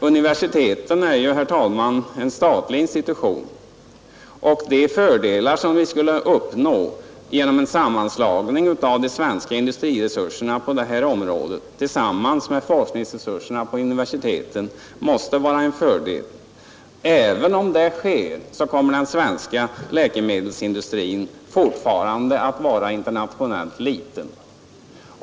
Universiteten är ju statliga institutioner, och en sammanslagning av de svenska industriresurserna med forskningsresurserna på universiteten måste vara en fördel. Även om en sådan sammanslagning sker kommer den svenska läkemedelsindustrin fortfarande att internationellt sett vara liten.